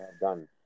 done